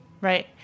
Right